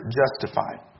justified